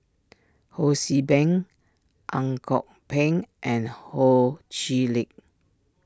Ho See Beng Ang Kok Peng and Ho Chee Lick